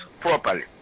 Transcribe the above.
properly